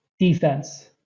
defense